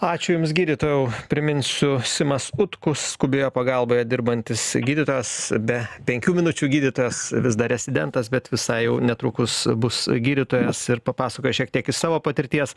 ačiū jums gydytojau priminsiu simas utkus skubioje pagalboje dirbantis gydytojas be penkių minučių gydytojas vis dar rezidentas bet visai jau netrukus bus gydytojas ir papasakojo šiek tiek iš savo patirties